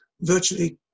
virtually